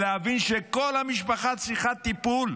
להבין שכל המשפחה צריכה טיפול.